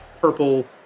purple